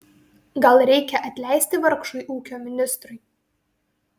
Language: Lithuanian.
gal reikia atleisti vargšui ūkio ministrui